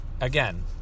again